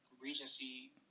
regency